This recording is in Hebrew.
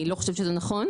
אני לא חושבת שזה נכון,